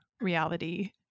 reality